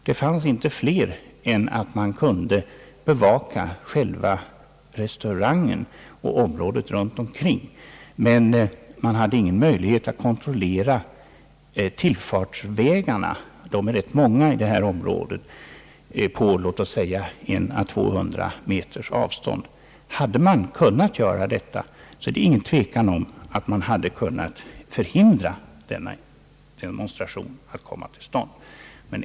Det fanns inte fler än att de kunde bevaka själva restaurangen och området däromkring. Polisen hade däremot ingen möjlighet att kontrollera tillfartsvägarna, som är rätt många i det här området, på låt oss säga 100 å 200 meters avstånd. Hade polisen kunnat göra det, är det ingen tvekan om att den hade kunnat förhindra att demonstrationen kom till stånd.